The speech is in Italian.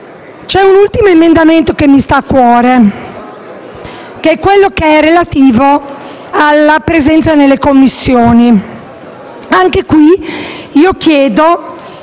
C'è un ultimo emendamento che mi sta a cuore, il 2.20, relativo alla presenza nelle Commissioni. Anche qui, chiedo